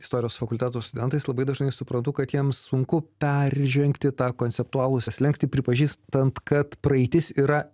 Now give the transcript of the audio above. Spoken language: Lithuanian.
istorijos fakulteto studentais labai dažnai suprantu kad jiems sunku peržengti tą konceptualų visą slenkstį pripažįstant kad praeitis yra